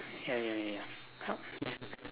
ya ya ya help desk